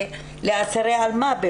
לאסירי אלמ"ב,